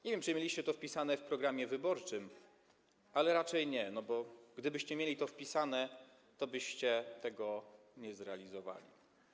Nie wiem, czy mieliście to wpisane w program wyborczy, ale raczej nie, bo gdybyście mieli to wpisane, tobyście tego nie zrealizowali.